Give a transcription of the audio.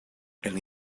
and